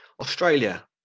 Australia